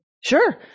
Sure